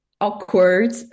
awkward